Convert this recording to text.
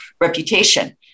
reputation